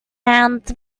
round